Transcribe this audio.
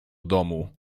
domu